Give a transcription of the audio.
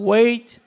Wait